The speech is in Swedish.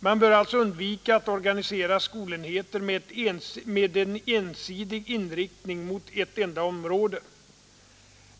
Man bör alltså undvika att organisera skolenheter med en ensidig inriktning mot ett enda område.